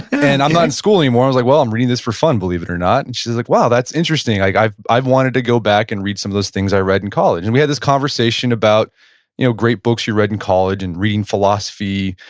and i'm not in school anymore, i was like, well, i'm reading this for fun, believe it or not. and she's like, wow, that's interesting, i've i've wanted to go back and read some of those things i read in college. and we had this conversation about you know great books you read in college and reading philosophy,